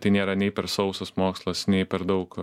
tai nėra nei per sausas mokslas nei per daug